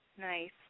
Nice